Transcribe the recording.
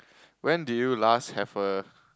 when did you last have a